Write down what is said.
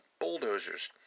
bulldozers